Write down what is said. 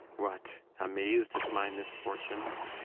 what, amaz'd at my misfortunes?